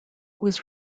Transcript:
was